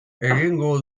egingo